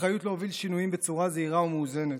אחריות להוביל שינויים בצורה זהירה ומאוזנת,